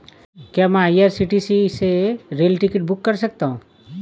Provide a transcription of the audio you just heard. क्या मैं आई.आर.सी.टी.सी से रेल टिकट बुक कर सकता हूँ?